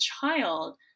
child